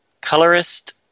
Colorist